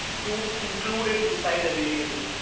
you include it inside a variable,